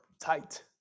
tight